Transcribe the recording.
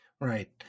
Right